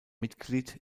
mitglied